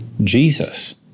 Jesus